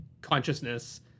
consciousness